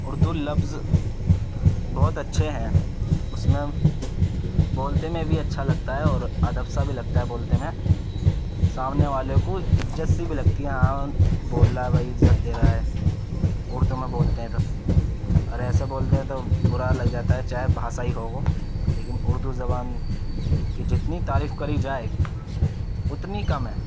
اردو لفظ بہت اچھے ہیں اس میں بولتے میں بھی اچھا لگتا ہے اور ادب سا بھی لگتا ہے بولتے میں سامنے والے کو عزت سے بھی لگتی ہے ہاں بول رہا ہے بھائی عزت دے رہا ہے اردو میں بولتے ہیں تو اور ایسے بولتے ہیں تو برا لگ جاتا ہے چاہے بھاشا ہی ہو وہ لیكن اردو زبان کی جتنی تعریف كری جائے اتنی کم ہے